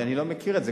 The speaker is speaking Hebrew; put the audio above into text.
אני לא מכיר את זה,